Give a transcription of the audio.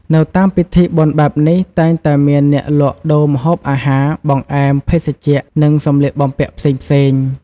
នៅតាមពិធីបុណ្យបែបនេះ តែងតែមានអ្នកលក់ដូរម្ហូបអាហារ បង្អែម ភេសជ្ជៈ និងសម្លៀកបំពាក់ផ្សេងៗ។